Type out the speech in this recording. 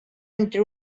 entre